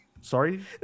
Sorry